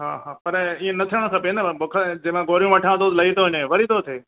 हा हा पर ईअं न थियणु खपे न बुखार जंहिंमहिल ॻोरियूं वठां थो लही थो वञे वरी थो थिए